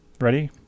Ready